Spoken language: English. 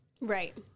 right